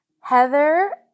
Heather